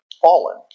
fallen